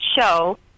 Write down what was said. show